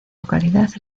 localidad